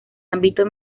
ámbito